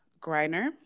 Griner